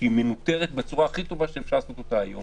שהיא מנוטרת בצורה הכי טובה שאפשר לעשות היום,